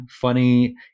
funny